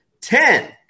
Ten